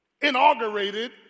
inaugurated